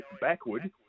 backward